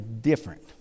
different